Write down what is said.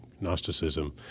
Gnosticism